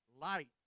light